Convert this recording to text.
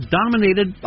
dominated